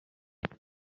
bwite